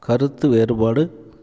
கருத்து வேறுபாடு